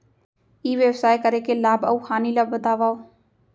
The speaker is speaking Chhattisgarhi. ई व्यवसाय करे के लाभ अऊ हानि ला बतावव?